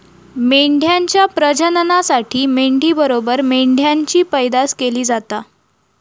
मेंढ्यांच्या प्रजननासाठी मेंढी बरोबर मेंढ्यांची पैदास केली जाता